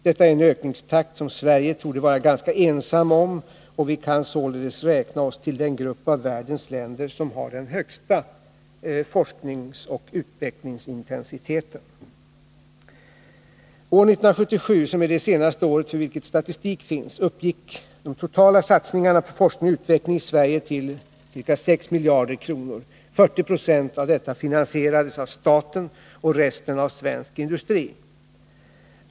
Detta är en ökningstakt som Sverige torde vara ganska ensamt om, och vi kan således räkna oss till den grupp av världens länder som har den högsta forskningsoch utvecklingsintensiteten. År 1977, som är det senaste året för vilket statistik finns, uppgick de totala satsningarna på forskning och utveckling i Sverige till ca 6 miljarder kronor. 40 20 av detta finansierades av staten och resten av svensk industri.